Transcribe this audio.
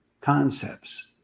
Concepts